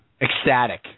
Ecstatic